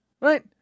Right